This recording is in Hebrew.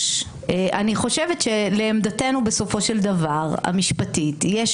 אני חושבת שלעמדתנו המשפטית בסופו של דבר יש